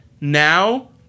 now